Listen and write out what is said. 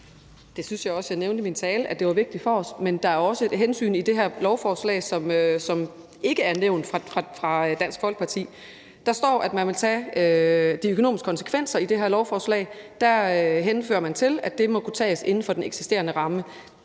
Jeg synes også, jeg nævnte i min tale, at det var vigtigt for os. Men der er også et hensyn i forhold til det her beslutningsforslag, som ikke er nævnt af Dansk Folkeparti. Der står, at man vil tage de økonomiske konsekvenser, og i det her forslag henviser man til, at det må kunne tages inden for den eksisterende ramme.